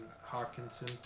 Hawkinson